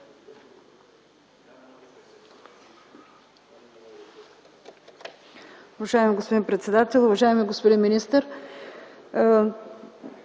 Уважаеми господин председател, уважаеми господин министър!